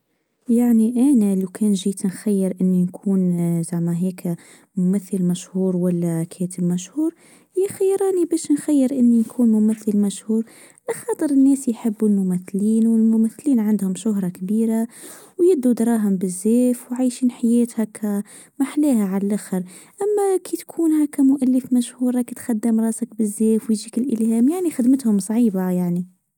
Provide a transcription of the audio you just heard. يعني انا لو جيت نخير اني نكون زماهيك ممثل مشهور ولا كاتب مشهور يخي يراني بش نخير اني نكون ممثل مشهور لخاطر الناس يحبون الممثلين و الممثلين عندهم شهرة كبيرة ويديو دراهم بزاف وعايشين حياتها اما تكون كمؤلف مشهور راك تخدم راسك بزاف يعني خدمتهم صعيبة يعني.